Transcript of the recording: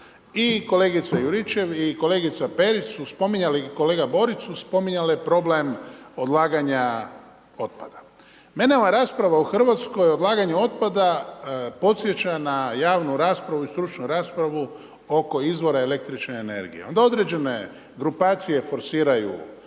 i kolegica Juričev i kolegica Perić su spominjali i kolega Borić su spominjale problem odlaganja otpada. Mene ova rasprava u Hrvatskoj o odlaganju otpada podsjeća na javnu raspravu i stručnu raspravu oko izvora električne energije, onda određene grupacije forsiraju